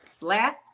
last